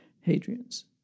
Hadrian's